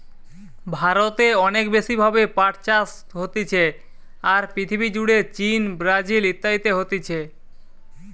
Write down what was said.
ভারতে অনেক বেশি ভাবে পাট চাষ হতিছে, আর পৃথিবী জুড়ে চীন, ব্রাজিল ইত্যাদিতে হতিছে